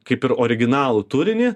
kaip ir originalų turinį